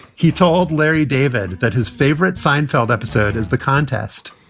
he told larry david that his favorite seinfeld episode is the contest